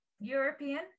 European